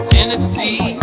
Tennessee